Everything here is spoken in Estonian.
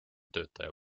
töötaja